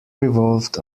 revolved